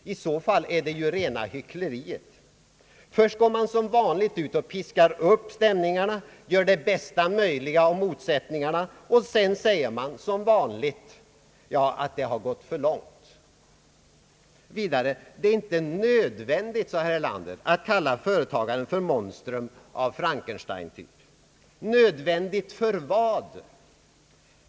I så fall är det rena hyckleriet — först går man som vanligt ut och piskar upp stämningarna, gör det mesta möjliga av motsättningarna, och sedan säger man som vanligt: ja, det har gått för långt. Det är »inte nödvändigt», sade herr Erlander vidare, att kalla företagaren för monstrum av Frankensteintyp. Nödvändigt för vad?